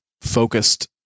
focused